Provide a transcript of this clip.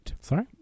Sorry